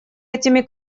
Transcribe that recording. этими